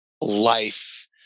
life